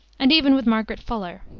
and even with margaret fuller.